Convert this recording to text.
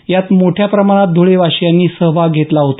यात मोठ्या प्रमाणात धुळे वासियांनी सहभाग घेतला होता